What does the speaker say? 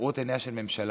כראות עיניה של ממשלה,